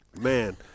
man